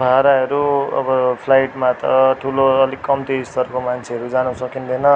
भाराहरू अब फ्लाइटमा त ठुलो अलिक कम्ती स्तरको मान्छेहरू जान सकिँदैन